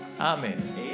amen